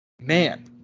man